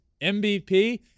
MVP